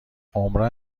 عمرا